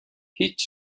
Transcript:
هیچ